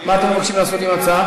מה אתם מבקשים לעשות עם ההצעה?